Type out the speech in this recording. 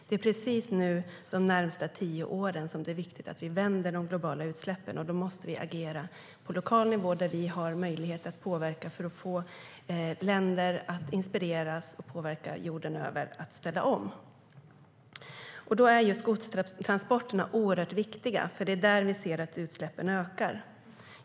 Det är under de närmaste tio åren som det är viktigt att vi vänder de globala utsläppen, och då måste vi agera på lokal nivå där vi har möjlighet att påverka för att länder jorden över ska inspireras att ställa om. Skogstransporterna är oerhört viktiga, för det är där vi ser att utsläppen ökar.